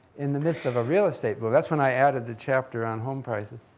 in the midst of a real estate boom. that's when i added the chapter on home prices.